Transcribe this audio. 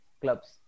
clubs